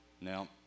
Now